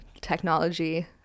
technology